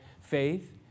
faith